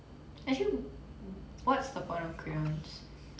actually what's the point of crayons